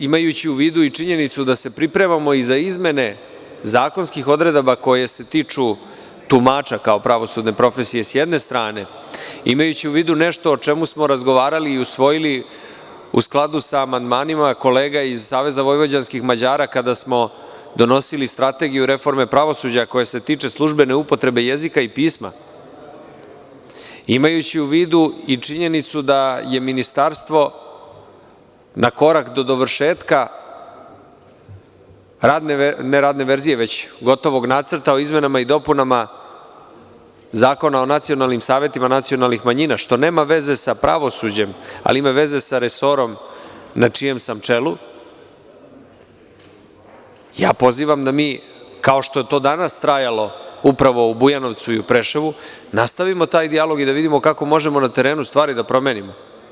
Imajući u vidu i činjenicu da se pripremamo i za izmene zakonskih odredaba koje se tiču tumača, kao pravosudne profesije s jedne strane, imajući u vidu nešto o čemu smo razgovarali i usvojili u skladu sa amandmanima kolega iz SVM kada smo donosili Strategiju reforme pravosuđa, koja se tiče službene upotrebe jezika i pisma, imajući u vidu i činjenicu da je ministarstvo na korak do dovršetka gotovog nacrta o izmenama i dopunama Zakona o nacionalnim savetima nacionalnih manjina, što nema veze sa pravosuđem, ali ima veze sa resorom na čijem sam čelu, ja pozivam da mi, kao što je to danas trajalo upravo u Bujanovcu i u Preševu, nastavimo taj dijalog i da vidimo kako možemo na terenu stvari da promenimo.